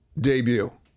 debut